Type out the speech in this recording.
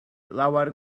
lawer